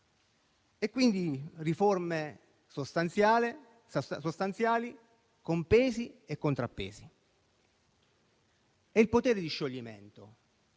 quindi, di riforme sostanziali con pesi e contrappesi. Quanto al potere di scioglimento,